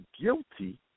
guilty